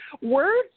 Words